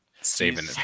Saving